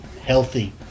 healthy